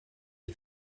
est